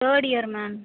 third year ma'am